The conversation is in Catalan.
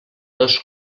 dos